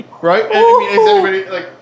Right